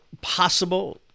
possible